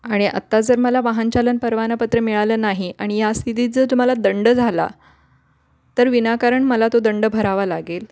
आणि आत्ता जर मला वाहनचालन परवानापत्र मिळालं नाही आणि या स्थितीत जर तुम्हाला दंड झाला तर विनाकारण मला तो दंड भरावा लागेल